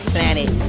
Planet